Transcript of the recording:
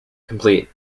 complete